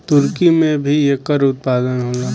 तुर्की में भी एकर उत्पादन होला